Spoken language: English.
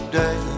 day